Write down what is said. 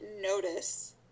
notice